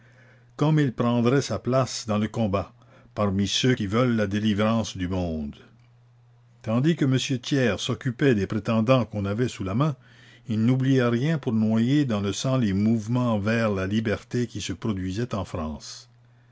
comme il prendrait sa place dans le combat parmi ceux qui veulent la délivrance du monde tandis que m thiers s'occupait des prétendants qu'on avait sous la main il n'oubliait rien pour noyer dans le sang les mouvements vers la liberté qui se produisaient en france